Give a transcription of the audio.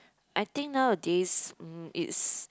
I think nowadays mm it's